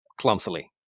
clumsily